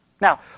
Now